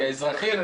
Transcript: כי האזרחים,